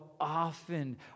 often